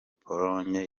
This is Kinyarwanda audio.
pologne